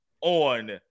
on